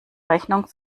rechnung